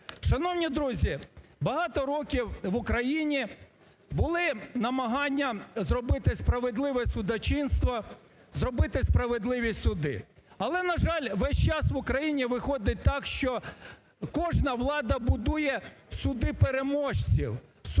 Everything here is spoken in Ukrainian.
Шановні друзі, багато років в Україні були намагання зробити справедливе судочинство, зробити справедливі суди, але, на жаль, весь час в Україні виходить так, що кожна влада будує суди переможців. Суди,